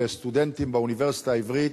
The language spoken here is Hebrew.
סטודנטים באוניברסיטה העברית,